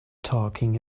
talking